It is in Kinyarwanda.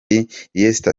leicester